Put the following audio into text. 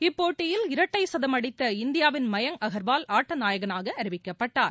இப்போட்டியில் இரட்டை சதம் அடித்த இந்தியாவின் மயங் அகர்வால் ஆட்டநாயகனாக அறிவிக்கப்பட்டார்